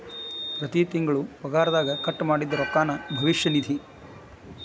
ಪ್ರತಿ ತಿಂಗಳು ಪಗಾರದಗ ಕಟ್ ಮಾಡಿದ್ದ ರೊಕ್ಕಾನ ಭವಿಷ್ಯ ನಿಧಿ